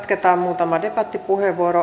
jatketaan muutama debattipuheenvuoro